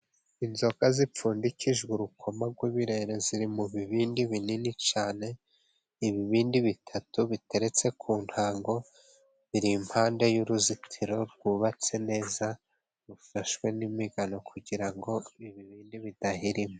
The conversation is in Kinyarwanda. Inzoka zipfundikijwe urukoma rw'birere, ziri mu bibindi binini cyane. Ibibindi bitatu biteretse ku ntango. Biri impande y'uruzitiro ,rwubatse neza. Rufashwe n'imigano kugira ibibindi bidahirima.